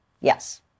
Yes